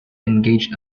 engaged